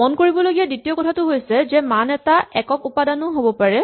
মন কৰিবলগীয়া দ্বিতীয় কথাটো হৈছে যে মান এটা একক উপাদানো হ'ব পাৰে